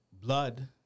blood